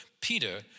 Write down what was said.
Peter